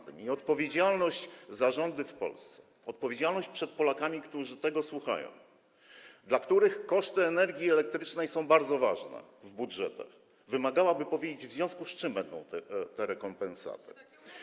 I poczucie odpowiedzialności za rządy w Polsce, odpowiedzialności przed Polakami, którzy tego słuchają, dla których koszty energii elektrycznej są bardzo ważne w ich budżetach, wymagałoby, aby powiedzieć, w związku z czym będą te rekompensaty.